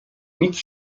nic